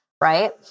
Right